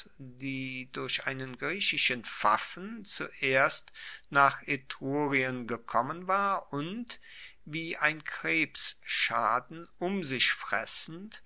die durch einen griechischen pfaffen zuerst nach etrurien gekommen war und wie ein krebsschaden um sich fressend